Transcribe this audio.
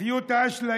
תחיו את האשליה,